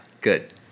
Good